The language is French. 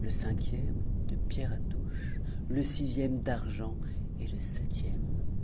le cinquième de pierre de touchele sixième d'argent et le septième